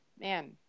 man